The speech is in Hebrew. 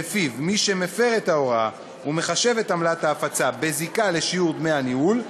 שלפיו מי שמפר את ההוראה ומחשב את עמלת ההפצה בזיקה לשיעור דמי הניהול,